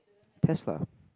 test lah